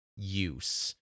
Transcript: use